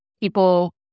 people